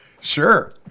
Sure